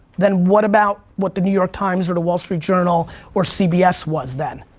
then what about what the new york times or the wall street journal or cbs was then?